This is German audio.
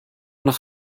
nach